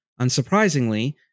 Unsurprisingly